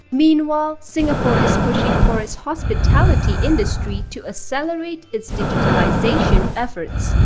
meanwhile, singapore is pushing for its hospitality industry to accelerate its digitalization efforts.